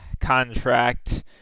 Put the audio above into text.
contract